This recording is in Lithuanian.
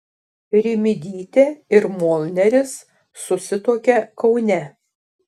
rimydytė ir molneris susituokė kaune